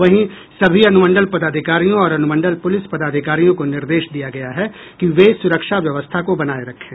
वहीं सभी अनुमंडल पदाधिकारियों और अनुमंडल पुलिस पदाधिकारियों को निर्देश दिया गया है कि वे सुरक्षा व्यवस्था को बनाए रखें